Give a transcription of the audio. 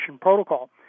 protocol